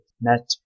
met